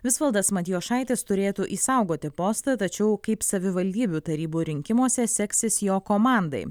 visvaldas matijošaitis turėtų išsaugoti postą tačiau kaip savivaldybių tarybų rinkimuose seksis jo komandai